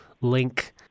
link